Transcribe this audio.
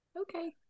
Okay